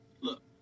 look